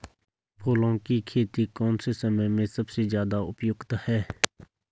फूलों की खेती कौन से समय में सबसे ज़्यादा उपयुक्त है?